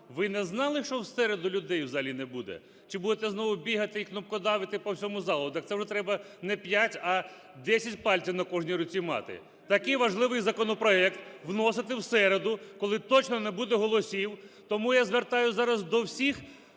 Ви не знали, що в середу людей в залі не буде? Чи будете знову бігати і кнопкодавити по всьому залу? Так це вже треба не 5, а 10 пальців на кожній руці мати. Такий важливий законопроект вносити в середу, коли точно не буде голосів. Тому я звертаюся зараз до всіх,